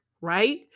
right